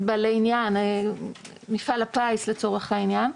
בעלי עניין מפעל הפיס לצורך העניין.